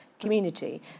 community